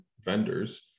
vendors